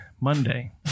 Monday